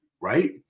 right